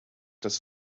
does